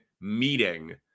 meeting